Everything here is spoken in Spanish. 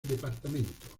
departamento